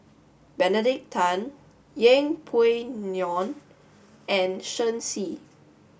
Benedict Tan Yeng Pway Ngon and Shen Xi